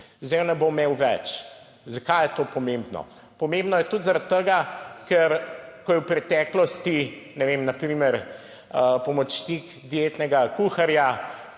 zdaj je ne bo imel več. Zakaj je to pomembno? Pomembno je tudi zaradi tega, ker ko je v preteklosti, ne vem na primer pomočnik dietnega kuharja,